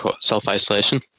self-isolation